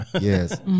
Yes